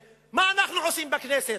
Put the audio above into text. מה אנחנו עושים בכנסת.